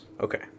Okay